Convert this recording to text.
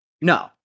No